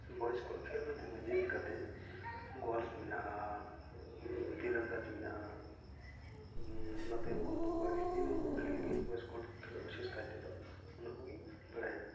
ᱵᱚᱭᱮᱥ ᱠᱚᱣᱟᱜ ᱠᱷᱮᱞ ᱢᱮᱱᱛᱮ ᱫᱚ ᱡᱮᱞᱟᱛᱮ ᱜᱚᱞᱥ ᱢᱮᱱᱟᱜᱼᱟ ᱛᱤᱨᱚᱱᱫᱟᱡᱽ ᱢᱮᱱᱟᱜᱼᱟ ᱚᱱᱟ ᱛᱟᱭᱚᱢ ᱵᱚᱫᱩᱠ ᱵᱟᱡᱽ ᱱᱩᱠᱩ ᱠᱷᱮᱞ ᱜᱮ ᱵᱚᱭᱮᱥᱠᱚ ᱦᱚᱲᱟᱜ ᱠᱷᱮᱞᱳᱜ ᱵᱤᱥᱮᱥ ᱠᱟᱭᱛᱮ ᱫᱚ ᱚᱱᱟ ᱠᱚ ᱜᱮᱧ ᱵᱟᱲᱟᱭᱟ